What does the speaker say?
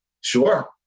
Sure